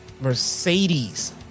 Mercedes